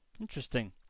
Interesting